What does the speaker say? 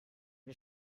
wir